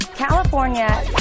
California